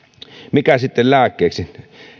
mikä sitten lääkkeeksi